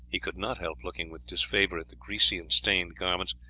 he could not help looking with disfavour at the greasy and stained garments,